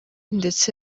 ndetse